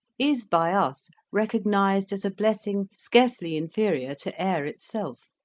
is by us recognized as a blessing scarcely inferior to air itself,